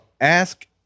ask